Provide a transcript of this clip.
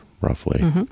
roughly